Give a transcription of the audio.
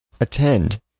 Attend